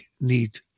need